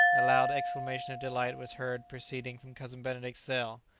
a loud exclamation of delight was heard proceeding from cousin benedict's cell.